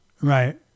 Right